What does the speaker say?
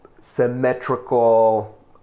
symmetrical